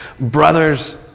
Brothers